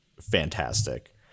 fantastic